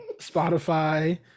Spotify